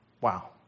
Wow